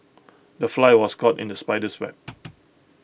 the fly was caught in the spider's web